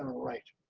right.